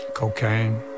cocaine